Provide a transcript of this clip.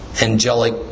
angelic